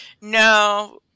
no